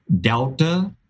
Delta